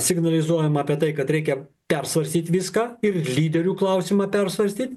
signalizuojama apie tai kad reikia persvarstyt viską ir lyderių klausimą persvarstyt